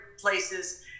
places